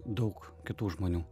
daug kitų žmonių